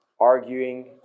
Arguing